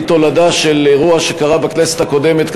היא תולדה של אירוע שקרה בכנסת הקודמת,